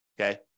okay